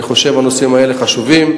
אני חושב שהנושאים האלה חשובים,